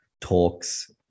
talks